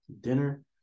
dinner